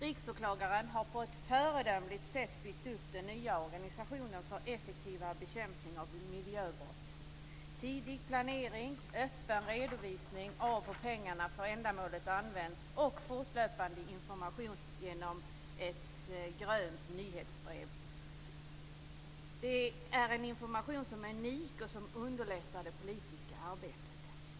Riksåklagaren har på ett föredömligt sätt byggt upp den nya organisationen för effektivare bekämpning av miljöbrott. Det innebär tidig planering, öppen redovisning av hur pengarna för ändamålet används och fortlöpande information genom ett grönt nyhetsbrev. Det är en information som är unik och som underlättar det politiska arbetet.